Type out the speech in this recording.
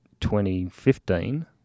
2015